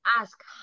ask